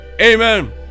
Amen